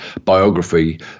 biography